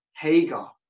hagar